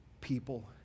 people